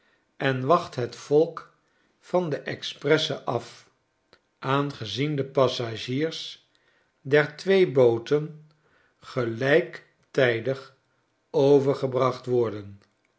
en wacht het volk van de expresse af aangezien de passagiers der twee booten gelijktijdigovergebracht worden